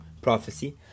prophecy